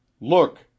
Look